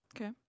Okay